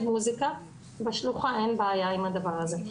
מוזיקה בשלוחה ואין בעיה עם הדבר הזה.